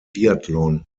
biathlon